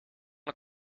het